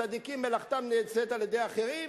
צדיקים מלאכתם נעשית בידי אחרים,